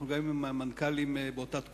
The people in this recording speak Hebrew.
גם היינו מנכ"לים באותה תקופה,